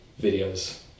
videos